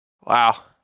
Wow